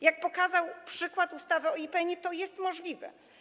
Jak pokazał przykład ustawy o IPN-ie, to jest możliwe.